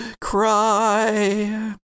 cry